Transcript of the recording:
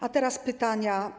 A teraz pytania.